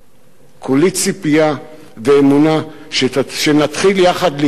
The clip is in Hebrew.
כולי ציפייה ואמונה שנתחיל יחד להתעשת,